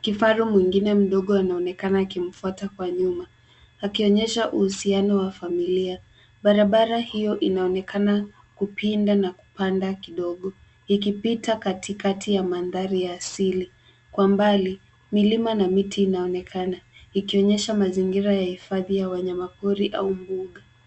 Kifaru mwingine mdogo anaoenekana akimfuata kwa nyuma akionyesha uhusiano wa familia. Barabara hio inaonekana kupinda na kupanda kidogo ikipita katikati ya mandhari ya asili. Kwa mbali, milima na miti inaonekana ikionyesha mazingira ya hifadhi ya wanyamapori au mbuga.